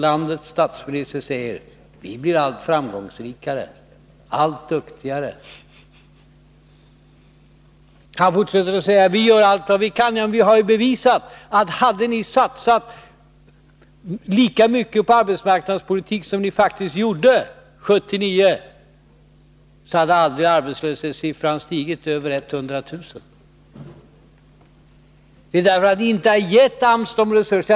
Landets statsminister säger: Vi blir allt framgångsrikare, allt duktigare. Han fortsätter med att säga: Vi gör allt vi kan. Men vi socialdemokrater har ju bevisat att hade ni satsat lika mycket på arbetsmarknadspolitik som ni faktiskt gjorde 1979, så hade arbetslöshetssiffran aldrig stigit över 100 000. Det är därför att ni inte givit AMS resurser.